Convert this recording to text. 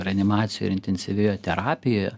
reanimacijoj ir intensyvioje terapijoje